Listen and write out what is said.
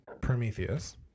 Prometheus